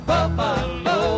Buffalo